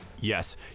yes